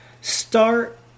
Start